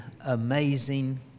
Amazing